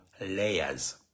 Layers